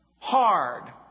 Hard